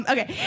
Okay